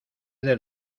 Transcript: del